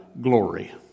glory